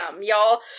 y'all